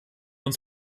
uns